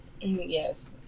Yes